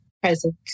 Present